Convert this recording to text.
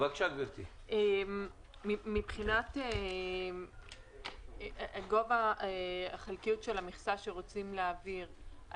מבחינת גובה חלקיות המכסה שרוצים להעביר,